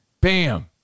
Bam